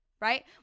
right